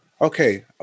okay